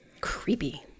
Creepy